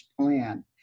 plan